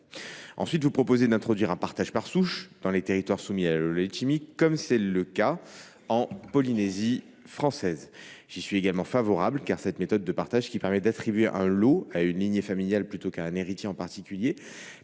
Ensuite, ils proposent de permettre le partage par souche dans les territoires soumis à la loi Letchimy, comme c’est déjà le cas en Polynésie française. J’y suis également favorable, car cette méthode de partage, qui permet d’attribuer un lot à une lignée familiale plutôt qu’à un héritier en particulier